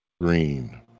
green